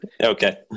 Okay